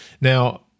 Now